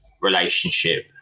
relationship